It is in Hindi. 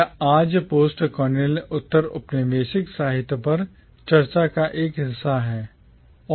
यह आज postcolonial उत्तर औपनिवेशिक साहित्य पर चर्चा का एक हिस्सा है